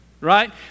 right